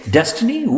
Destiny